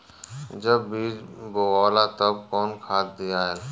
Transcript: जब बीज बोवाला तब कौन खाद दियाई?